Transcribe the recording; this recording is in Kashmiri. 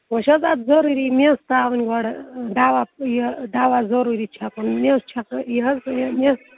وۅنۍ چھِ حظ اَتھ ضروٗری میٚژ ترٛاوٕنۍ گۄڈٕ دَوہ یہِ دَوہ ضروٗری چھَکُن میٚژ چھَک یہِ حظ یہِ میٚژ